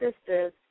sisters